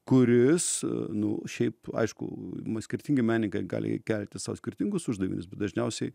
kuris nu šiaip aišku m skirtingi menininkai gali jie kelti sau skirtingus uždavinius bet dažniausiai